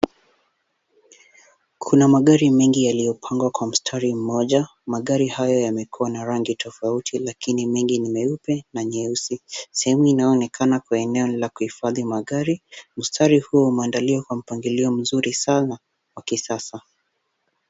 Kuna magari mengi yaliyopangwa kwa mstari mmoja magari hayo yamekuwa na rangi tofauti lakini mengi ni meupe na nyeusi. Sehemu inaonekana kuwa eneo la kuhifadhi magari mstari huu umeandaliwa kwa mstari mzuri sana wa kisasa.